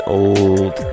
old